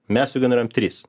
mes sugeneruojam tris